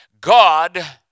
God